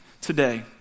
today